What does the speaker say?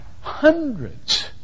hundreds